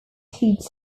key